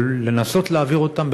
או לנסות להעביר אותן,